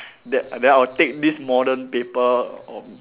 then then I'll take this modern paper of